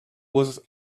was